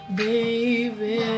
baby